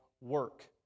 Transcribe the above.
work